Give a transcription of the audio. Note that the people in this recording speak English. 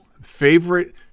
Favorite